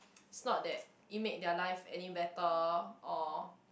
is not that it made their life any better or